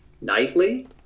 nightly